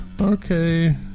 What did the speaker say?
Okay